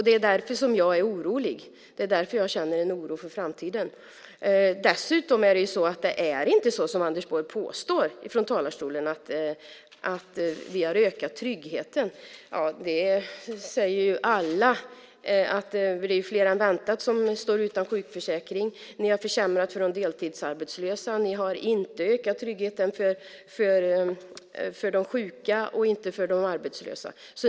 Det är därför som jag är orolig. Det är därför jag känner en oro för framtiden. Dessutom är det inte så som Anders Borg påstår från talarstolen, att man har ökat tryggheten. Alla säger ju att det blir fler än väntat som står utan sjukförsäkring. Ni har försämrat för de deltidsarbetslösa. Ni har inte ökat tryggheten för de sjuka och inte för de arbetslösa.